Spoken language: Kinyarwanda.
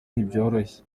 ntibyoroshye